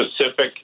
specific